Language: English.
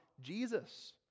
Jesus